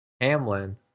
Hamlin